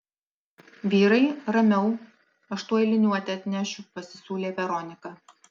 vyrai ramiau aš tuoj liniuotę atnešiu pasisiūlė veronika